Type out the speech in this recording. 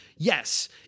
Yes